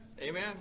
Amen